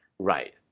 Right